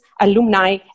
alumni